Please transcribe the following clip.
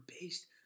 based